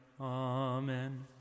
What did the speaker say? Amen